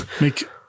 Make